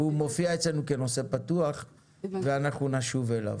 הוא מופיע אצלנו כנושא פתוח, ואנחנו נשוב אליו.